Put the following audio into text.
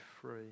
free